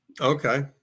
okay